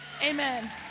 Amen